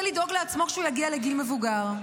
לדאוג לעצמו כשהוא מגיע לגיל מבוגר,